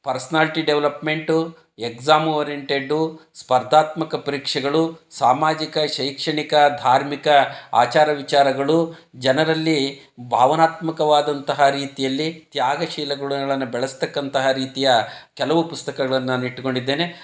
personality development exam ಓರಿಯೆಂಟೆಡ್ದು ಸ್ಪರ್ಧಾತ್ಮಕ ಪರೀಕ್ಷೆಗಳು ಸಾಮಾಜಿಕ ಶೈಕ್ಷಣಿಕ ಧಾರ್ಮಿಕ ಆಚಾರ ವಿಚಾರಗಳು ಜನರಲ್ಲಿ ಭಾವನಾತ್ಮಕವಾದಂತಹ ರೀತಿಯಲ್ಲಿ ತ್ಯಾಗ ಶೀಲ ಗುಣಗಳನ್ನ ಬೆಳೆಸ್ತಕ್ಕಂತಹ ರೀತಿಯ ಕೆಲವು ಪುಸ್ತಕಗಳನ್ನು ನಾನು ಇಟ್ಕೊಂಡಿದ್ದೇನೆ